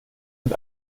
mit